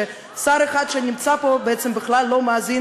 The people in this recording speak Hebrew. ששר אחד שנמצא פה בעצם בכלל לא מאזין